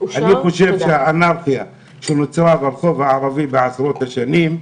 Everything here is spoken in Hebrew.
אני חושב שהאנרכיה שנוצרה ברחוב הערבי בעשרות השנים,